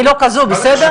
אני לא כזו, בסדר?